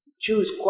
choose